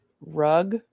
rug